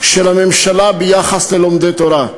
של הממשלה ביחס ללומדי תורה,